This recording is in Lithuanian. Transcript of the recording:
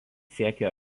siekia